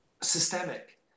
systemic